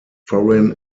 foreign